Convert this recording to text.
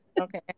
Okay